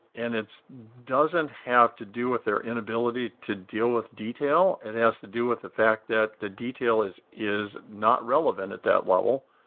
and doesn't have to do with their inability to deal with detail. and it has to do with the fact that the detail is is not relevant at that level,